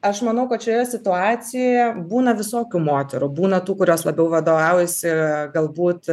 aš manau kad šioje situacijoje būna visokių moterų būna tų kurios labiau vadovaujasi galbūt